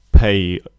pay